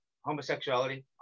homosexuality